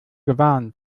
gewarnt